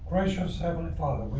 gracious heavenly father,